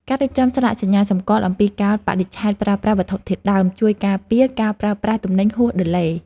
ការរៀបចំស្លាកសញ្ញាសម្គាល់អំពីកាលបរិច្ឆេទប្រើប្រាស់វត្ថុធាតុដើម ជួយការពារការប្រើប្រាស់ទំនិញហួសដឺឡេ។